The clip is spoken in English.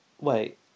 wait